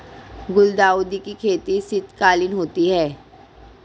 गुलदाउदी की खेती शीतकालीन होती है